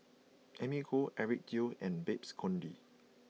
Amy Khor Eric Teo and Babes Conde